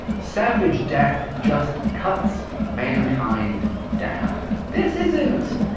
savage death just cuts mankind down. this isn't.